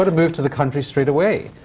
but move to the country straightaway.